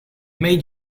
made